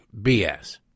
BS